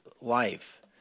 life